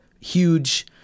huge